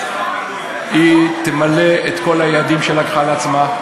היא תמלא את כל היעדים שלקחה על עצמה.